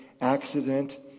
accident